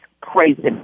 crazy